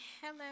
Hello